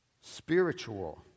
spiritual